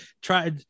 Try